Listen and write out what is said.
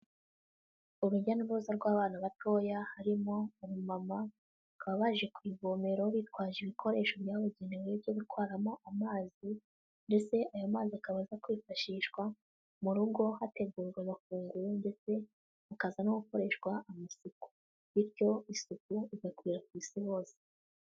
Urujya n'uruza rw'abana batoya, harimo umumama bakaba baje ku ivomero bitwaje ibikoresho byabugenewe byo gutwaramo amazi ndetse aya mazi akaba aza kwifashishwa mu rugo, hategurwa amafunguro ndetse akaza no gukoreshwa amasuku bityo isuku igakwira ku Isi hose.